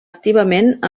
activament